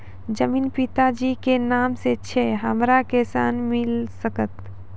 जमीन पिता जी के नाम से छै हमरा के ऋण मिल सकत?